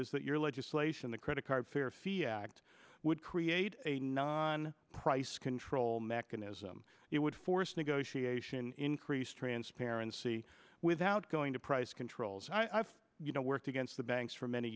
is that your legislation the credit card fairfield act would create a non price control mechanism it would force negotiation increased transparency without going to price controls i've you know worked against the banks for many